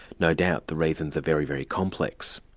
no doubt the reasons are very, very complex.